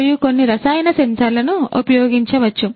మరియు కొన్ని రసాయన సెన్సార్లను ఉపయోగించవచ్చు